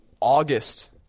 August